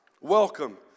Welcome